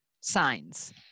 signs